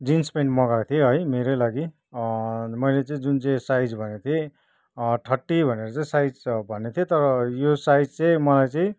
jeans pant मगाएको थिएँ है मेरै लागि मैले चाहिँ जुन चाहिँ साइज भनेको थिएँ थर्टी भनेर चाहिँ साइज भनेको थिएँ तर यो साइज चाहिँ मलाई चाहिँ